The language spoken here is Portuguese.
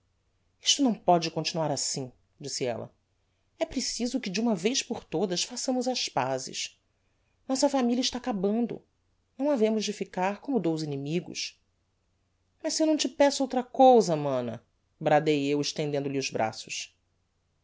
isto não pode continuar assim disse ella é preciso que de uma vez por todas façamos as pazes nossa familia está acabando não havemos de ficar como dous inimigos mas se eu não te peço outra cousa mana bradei eu estendendo-lhe os braços